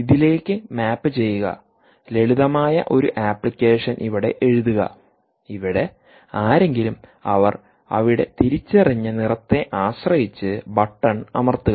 ഇതിലേക്ക് മാപ്പ് ചെയ്യുക ലളിതമായ ഒരു അപ്ലിക്കേഷൻ ഇവിടെ എഴുതുക ഇവിടെ ആരെങ്കിലും അവർ അവിടെ തിരിച്ചറിഞ്ഞ നിറത്തെ ആശ്രയിച്ച് ബട്ടൺ അമർത്തുക